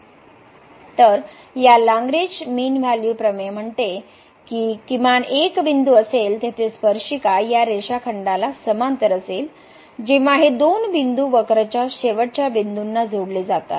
तर या Lagrange mean व्हॅल्यूप्रमेय म्हणते की किमान एक बिंदू असेल तिथे स्पर्शिका या रेषाखंडाला समांतर असेल जेव्हा हे दोन बिंदू वक्र च्या शेवटच्या बिंदूना जोडले जातात